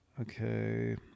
Okay